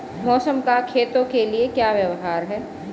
मौसम का खेतों के लिये क्या व्यवहार है?